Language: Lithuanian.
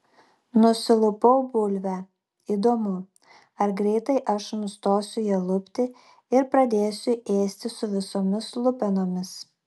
nusilupau bulvę įdomu ar greitai aš nustosiu ją lupti ir pradėsiu ėsti su visomis lupenomis